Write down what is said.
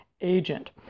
agent